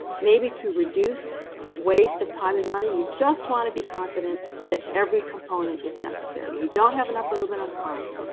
maybe to reduce waste of time and money, you just want to be confident that every component is necessary. you don't have an upper limit on cost.